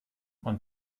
und